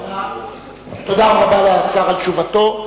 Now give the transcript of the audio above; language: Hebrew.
תודה רבה לשר על תשובתו.